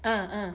ah ah